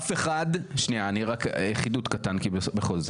לא אף אחד שנייה חידוד קטן כי בכל זאת,